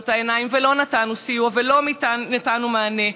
את העיניים ולא נתנו סיוע ולא נתנו מענה,